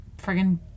friggin